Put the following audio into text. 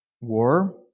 war